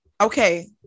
Okay